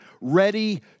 ready